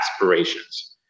aspirations